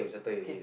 K